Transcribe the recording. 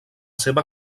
seva